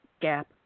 Gap